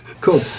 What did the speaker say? Cool